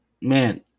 man